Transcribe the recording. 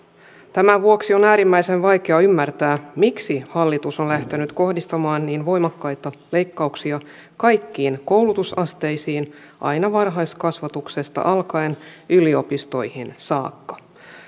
tämän vuoksi on äärimmäisen vaikeaa ymmärtää miksi hallitus on lähtenyt kohdistamaan niin voimakkaita leikkauksia kaikkiin koulutusasteisiin aina varhaiskasvatuksesta alkaen yliopistoihin saakka